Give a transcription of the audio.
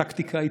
טקטיקה,